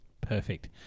Perfect